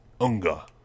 UNGA